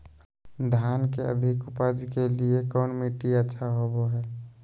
धान के अधिक उपज के लिऐ कौन मट्टी अच्छा होबो है?